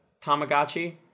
Tamagotchi